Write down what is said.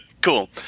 Cool